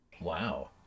wow